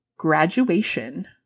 graduation